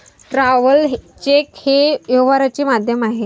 traveller cheque हे व्यवहाराचे माध्यम आहे